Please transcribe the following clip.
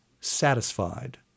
satisfied